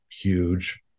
huge